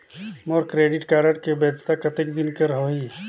मोर credit card के वैधता कतेक दिन कर होही?